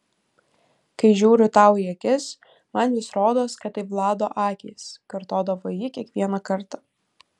kai žiūriu tau į akis man vis rodos kad tai vlado akys kartodavo ji kiekvieną kartą